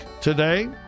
today